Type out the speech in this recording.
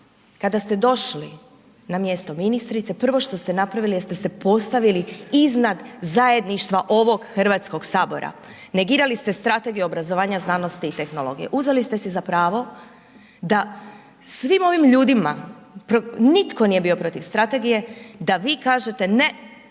kada ste došli na mjesto ministrice prvo što ste napravili ste se postavili iznad zajedništva ovog Hrvatskog sabora, negirali ste Strategiju obrazovanja, znanosti i tehnologije. Uzeli ste si za pravo da svim ovim ljudima, nitko nije bio protiv strategije da vi kažete ne,